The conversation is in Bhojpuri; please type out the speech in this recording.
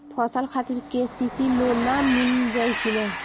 फसल खातिर के.सी.सी लोना मील जाई किना?